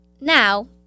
Now